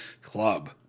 club